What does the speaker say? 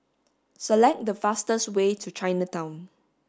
select the fastest way to Chinatown